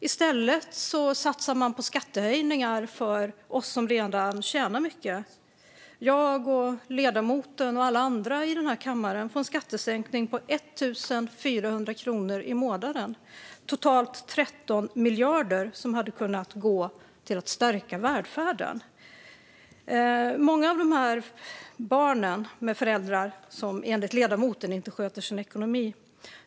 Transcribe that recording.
I stället satsar man på oss som redan tjänar mycket. Jag och ledamoten och alla andra i den här kammaren får en skattesänkning på 1 400 kronor i månaden, totalt 13 miljarder, som hade kunnat gå till att stärka välfärden. Många av de här barnens föräldrar sköter enligt ledamoten inte sin ekonomi.